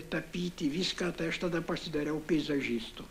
tapyti viską tai aš tada pasidariau peizažistu